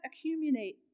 accumulate